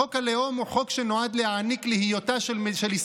חוק הלאום הוא חוק שנועד להעניק להיותה של ישראל,